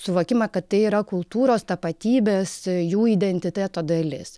suvokimą kad tai yra kultūros tapatybės jų identiteto dalis